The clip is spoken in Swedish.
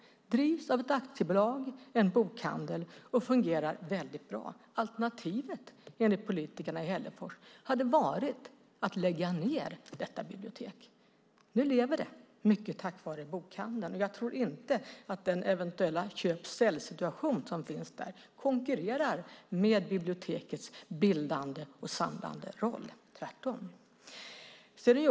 Det drivs av ett aktiebolag, en bokhandel, och fungerar väldigt bra. Enligt politikerna i Hällefors hade alternativet varit att lägga ned detta bibliotek. Nu lever det, mycket tack vare bokhandeln. Jag tror inte att den eventuella köp-sälj-situation som finns där konkurrerar med bibliotekets bildande och samlande roll - tvärtom.